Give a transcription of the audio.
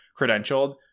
credentialed